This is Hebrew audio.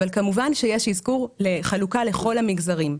אבל כמובן שיש אזכור לחלוקה לכל המגזרים,